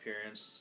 appearance